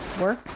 work